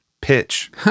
pitch